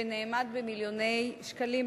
שנאמד במיליוני שקלים,